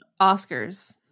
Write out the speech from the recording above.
oscars